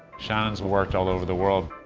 shannon has worked all over the world.